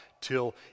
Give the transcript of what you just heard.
till